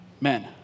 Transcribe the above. men